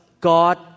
God